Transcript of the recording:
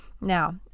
Now